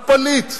אף פליט,